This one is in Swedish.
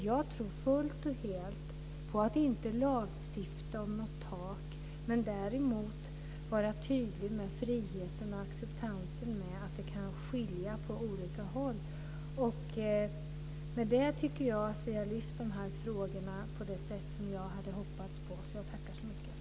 Jag tror helt och fullt på att inte lagstifta om något tak. Däremot ska man vara tydlig med friheten och acceptansen för att det kan skilja sig åt på olika håll. Med det tycker jag att vi har lyft de här frågorna på det sätt som jag hade hoppats. Jag tackar så mycket.